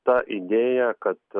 ta idėja kad